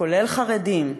כולל חרדים,